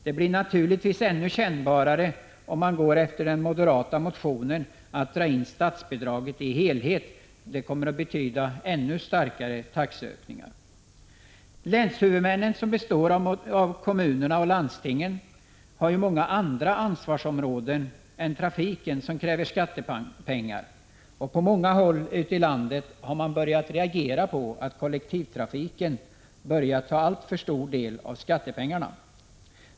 Det skulle naturligtvis bli mycket kännbart om vi följde den moderata motionen och drog in statsbidraget i dess helhet. Det skulle betyda ännu större taxeökningar. Länshuvudmännen, som består av kommunerna och landstingen, har många andra ansvarsområden än trafiken som kräver skattepengar. På flera håll ute i landet har man nu reagerat mot att kollektivtrafiken börjar ta en alltför stor del av skattepengarna.